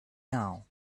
now